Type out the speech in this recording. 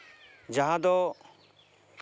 ᱡᱟᱦᱟᱸ ᱫᱚ